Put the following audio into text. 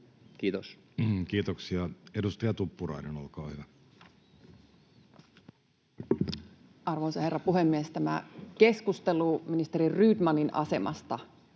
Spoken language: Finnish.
Kiitos. Kiitoksia. — Edustaja Tuppurainen, olkaa hyvä. Arvoisa herra puhemies! Tämä keskustelu ministeri Rydmanin asemasta,